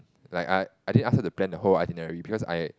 like I I didn't ask her to plan the whole itinerary because I